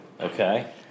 Okay